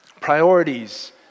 priorities